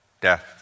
death